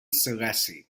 selassie